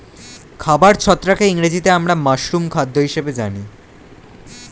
খাবার ছত্রাককে ইংরেজিতে আমরা মাশরুম খাদ্য হিসেবে জানি